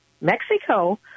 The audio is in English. Mexico